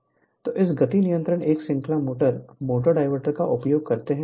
तो इस गति नियंत्रण एक श्रृंखला मोटर मोटर डायवर्टर का उपयोग करते है